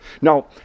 Now